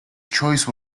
choice